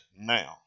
now